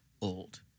old